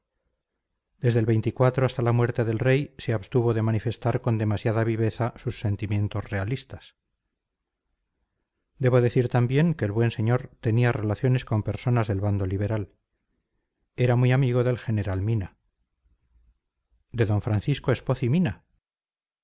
desde el hasta la muerte del rey se abstuvo de manifestar con demasiada viveza sus sentimientos realistas debo decir también que el buen señor tenía relaciones con personas del bando liberal era muy amigo del general mina de d francisco espoz y mina